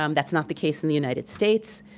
um that's not the case in the united states.